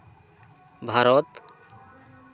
Bharat